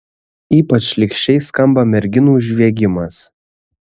ypač šlykščiai skamba merginų žviegimas